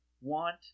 want